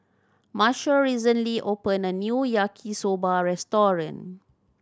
Marshall recently opened a new Yaki Soba restaurant